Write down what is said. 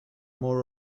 more